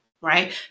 right